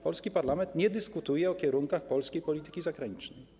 Polski parlament nie dyskutuje o kierunkach polskiej polityki zagranicznej.